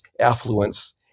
affluence